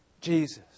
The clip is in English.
Jesus